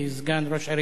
סגן ראש עיריית